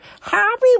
Happy